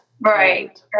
Right